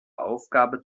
aufgabe